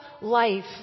life